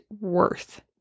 worth